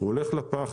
הוא הולך לפח,